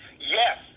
Yes